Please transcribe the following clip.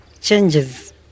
changes